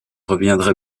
reviendrait